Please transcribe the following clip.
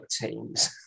teams